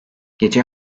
gece